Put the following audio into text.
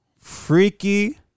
Freaky